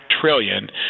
trillion